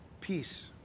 peace